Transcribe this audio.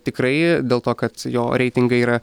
tikrai dėl to kad jo reitingai yra